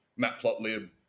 Matplotlib